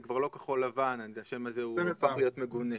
זה כבר לא כחול לבן, השם הזה הפך להיות מגונה,